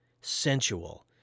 sensual